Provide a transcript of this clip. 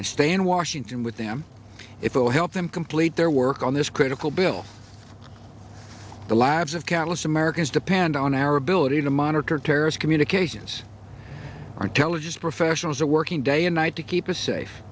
and stay in washington with them if you will help them complete their work on this critical bill the law abs of countless americans depend on our ability to monitor terrorist communications are intelligent professionals are working day and night to keep us safe